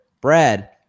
Brad